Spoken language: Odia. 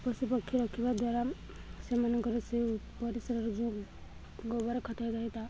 ପଶୁ ପକ୍ଷୀ ରଖିବା ଦ୍ୱାରା ସେମାନଙ୍କର ସେ ପରିସରର ଯେଉଁ ଗୋବର ଖତ ହୋଇଥାଏ